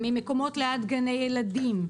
ממקומות ליד גני ילדים,